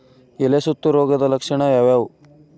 ಎಲೆ ಸುತ್ತು ರೋಗದ ಲಕ್ಷಣ ಯಾವ್ಯಾವ್?